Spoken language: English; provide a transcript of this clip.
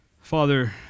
Father